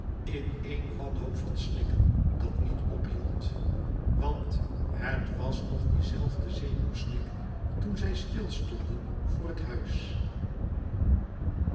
in één wanhoop van snikken dat niet ophield want het was nog die zelfde zenuwsnik toen zij stilstonden voor het huis